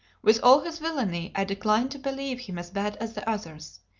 with all his villainy i declined to believe him as bad as the others.